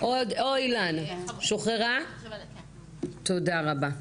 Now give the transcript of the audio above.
תודה רבה.